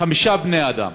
חמישה בני-אדם